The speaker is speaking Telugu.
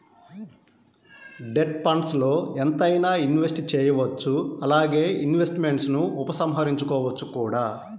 డెట్ ఫండ్స్ల్లో ఎంతైనా ఇన్వెస్ట్ చేయవచ్చు అలానే ఇన్వెస్ట్మెంట్స్ను ఉపసంహరించుకోవచ్చు కూడా